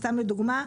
לדוגמה,